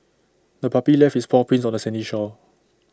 the puppy left its paw prints on the sandy shore